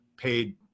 paid